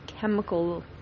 chemical